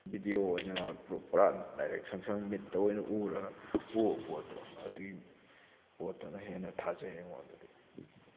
video ꯑꯣꯏꯅ group ꯄꯨꯔꯥ direct ꯁꯪ ꯁꯪ ꯃꯤꯠꯇ ꯑꯣꯏꯅ ꯎꯔꯒ ꯎꯕ ꯄꯣꯠꯇꯣ ꯑꯗꯨꯒꯤ ꯄꯣꯠꯇꯨꯅ ꯍꯦꯟꯅ ꯊꯥꯖꯩ ꯑꯩꯉꯣꯟꯗꯗꯤ